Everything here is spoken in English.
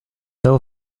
still